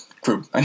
group